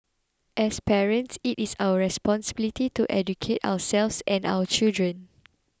as parents it is our responsibility to educate ourselves and our children